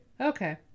okay